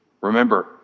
Remember